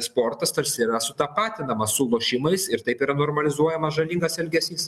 sportas tarsi yra sutapatinamas su lošimais ir taip yra normalizuojamas žalingas elgesys